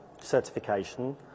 certification